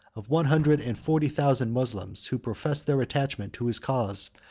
of one hundred and forty thousand moslems, who professed their attachment to his cause,